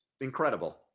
incredible